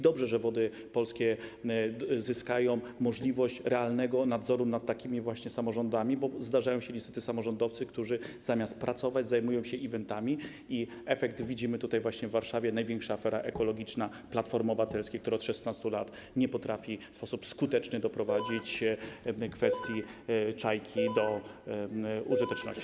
Dobrze, że Wody Polskie zyskają możliwość realnego nadzoru nad takimi właśnie samorządami, bo zdarzają się niestety samorządowcy, którzy zamiast pracować zajmują się eventami, czego efekt widzimy tutaj, w Warszawie - największa afera ekologiczna Platformy Obywatelskiej, która od 16 lat nie potrafi w sposób skuteczny doprowadzić do końca jednej kwestii, czyli Czajki do użyteczności.